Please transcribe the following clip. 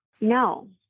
no